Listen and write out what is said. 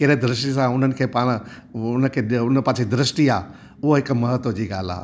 कहिड़े द्रष्य सां हुनखे पाण हू हुनखे ॾेअ हुन पासे द्रष्टी आहे उहा हिक महत्तव जी ॻाल्हि आहे